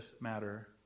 matter